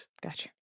Gotcha